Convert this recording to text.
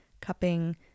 cupping